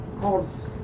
cause